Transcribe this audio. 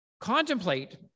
contemplate